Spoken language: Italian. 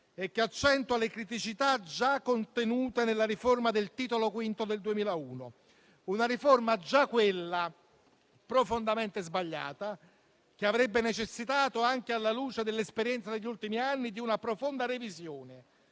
e che accentua le criticità contenute nella riforma del Titolo V del 2001, riforma già profondamente sbagliata, che avrebbe necessitato, anche alla luce dell'esperienza degli ultimi anni, di una profonda revisione,